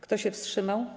Kto się wstrzymał?